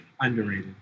underrated